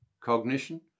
cognition